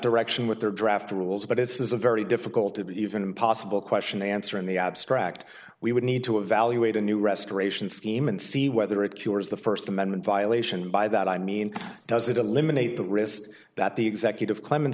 direction with their draft rules but is a very difficult and even impossible question to answer in the abstract we would need to evaluate a new restoration scheme and see whether it cures the first amendment violation by that i mean does it eliminate the risk that the executive clemen